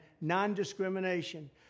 non-discrimination